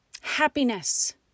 Happiness